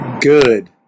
Good